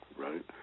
right